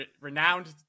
renowned